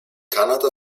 kanada